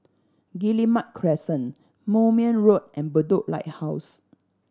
Guillemard Crescent Moulmein Road and Bedok Lighthouse